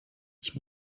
ich